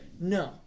no